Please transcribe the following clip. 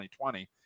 2020